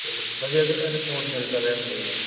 ਚਲੋ ਵਧੀਆ ਅ ਰਿਸਪੋਂਸ ਮਿਲਦਾ ਪਿਆ ਮਤਲਬ ਕਿ